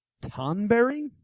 Tonberry